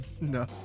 no